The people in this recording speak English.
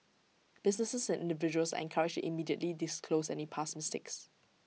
businesses and individuals are encouraged immediately disclose any past mistakes